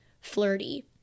flirty